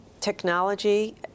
technology